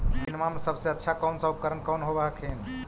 मसिनमा मे सबसे अच्छा कौन सा उपकरण कौन होब हखिन?